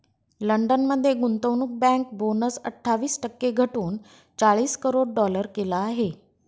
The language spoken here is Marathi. लंडन मध्ये गुंतवणूक बँक बोनस अठ्ठावीस टक्के घटवून चाळीस करोड डॉलर केला आहे